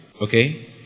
Okay